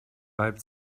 reibt